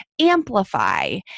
amplify